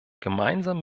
gemeinsam